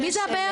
מי זה הבערך?